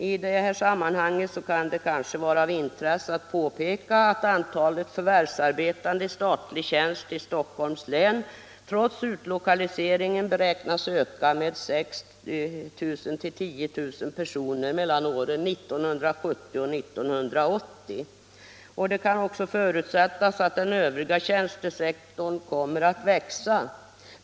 I detta sammanhang kan det kanske vara av intresse att påpeka att antalet förvärvsarbetande i statlig tjänst i Stockholms län trots utlokaliseringen beräknas öka med 6 000-10 000 personer mellan åren 1970 och 1980. Det kan också förutsättas att den övriga tjänstesektorn kommer att växa.